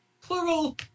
Plural